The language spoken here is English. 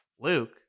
Luke